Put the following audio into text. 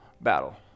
battle